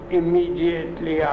immediately